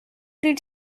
did